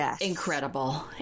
incredible